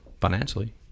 financially